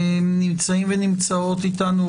נמצאים ונמצאות איתנו,